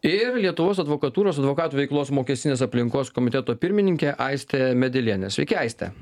ir lietuvos advokatūros advokatų veiklos mokestinės aplinkos komiteto pirmininkė aistė medelienė sveiki aiste